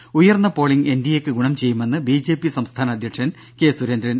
ത ഉയർന്ന polling N D A ക്ക് ഗുണം ചെയ്യുമെന്ന് ബിജെപി സംസ്ഥാന അധ്യക്ഷൻ കെ സുരേന്ദ്രൻ